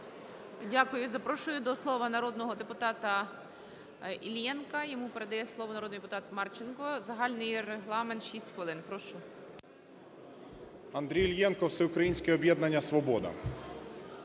Дякую. Запрошую до слова народного депутата Іллєнка. Йому передає слово народний депутат Марченко. Загальний регламент 6 хвилин. Прошу. 16:36:42 ІЛЛЄНКО А.Ю. Андрій Іллєнко, Всеукраїнське об'єднання "Свобода".